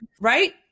right